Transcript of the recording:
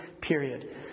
period